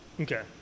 okay